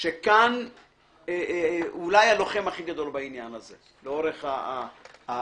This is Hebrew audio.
שכאן אולי הלוחם הכי גדול בעניין הזה לאורך השנים,